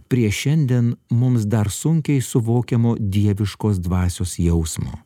prie šiandien mums dar sunkiai suvokiamo dieviškos dvasios jausmo